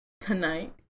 tonight